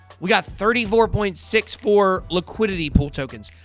we got thirty four point six four liquidity pool tokens.